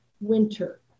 winter